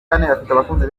abakunzi